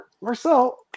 Marcel